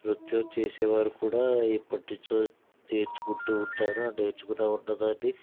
నృత్యం చేసేవారు కూడా ఎప్పటి నుంచో నేర్చుకుంటు ఉంటారో ఆ నేర్చుకున్న ఉన్నదాని